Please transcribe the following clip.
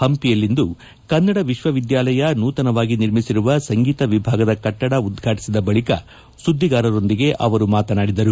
ಹಂಪಿಯಲ್ಲಿಂದು ಕನ್ನಡ ವಿಶ್ವವಿದ್ಯಾಲಯ ನೂತನವಾಗಿ ನಿರ್ಮಿಸಿರುವ ಸಂಗೀತ ವಿಭಾಗದ ಕಟ್ಟಡ ಉದ್ಘಾಟಿಸಿದ ಬಳಿಕ ಸುದ್ದಿಗಾರರೊಂದಿಗೆ ಅವರು ಮಾತನಾಡಿದರು